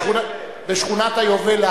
בשכונת היובל.